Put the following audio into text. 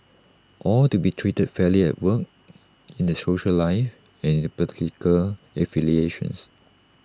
all to be treated fairly at work in their social life and in their political affiliations